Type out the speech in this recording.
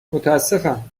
متأسفم